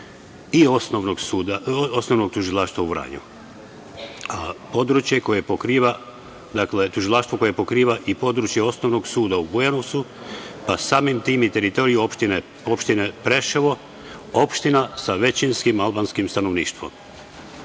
Osnovnog tužilaštva u Vranju, tužilaštvo koje pokriva i područje Osnovnog suda u Bujanovcu, a samim tim i teritoriju opštine Preševo, opština sa većinskim albanskim stanovništvom. Predloženi